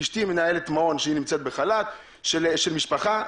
אשתי מנהלת מעון שנמצאת בחל"ת של משפחה,